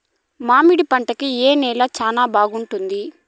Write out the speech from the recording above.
మామిడి పంట కి ఏ నేల చానా బాగుంటుంది